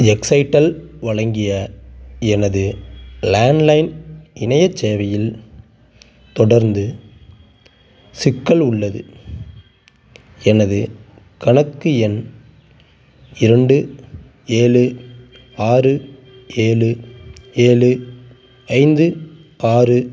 எக்ஸைட்டல் வழங்கிய எனது லேண்ட்லைன் இணையச் சேவையில் தொடர்ந்து சிக்கல் உள்ளது எனது கணக்கு எண் இரண்டு ஏழு ஆறு ஏழு ஏழு ஐந்து ஆறு